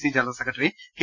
C general secretary K